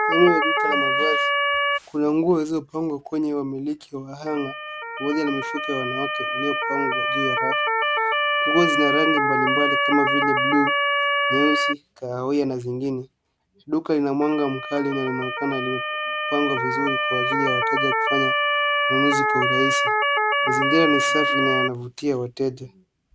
Sehemu ya duka la mavazi kuna nguo zilizo pangwa kwenye wa miliki wa hanger pamoja na mifuko ya wanawake yaliopangwa juu ya rafu. Nguo zina rangi mbalimbali kama vile bluu, nyeusi, kahawia na zingine. Duka ina mwanga mkali na inaonekana limepangwa vizuri kwa ajili ya wateja kufanya ununuzi kwa urahisi. Mazingira ni safi na yana vutia wateja.